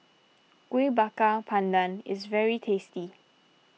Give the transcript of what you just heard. Kuih Bakar Pandan is very tasty